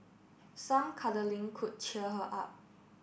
some cuddling could cheer her up